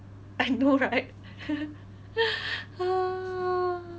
I know right